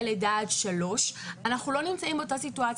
לידה עד 3. אנחנו לא נמצאים באותה סיטואציה.